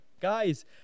guys